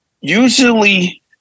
Usually